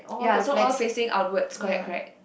ya so all facing outwards correct correct